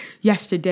yesterday